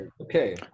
Okay